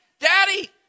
Daddy